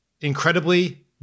incredibly